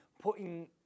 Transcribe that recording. putting